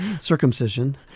circumcision